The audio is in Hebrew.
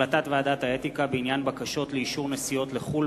החלטת ועדת האתיקה בעניין בקשות לאישור נסיעות לחו"ל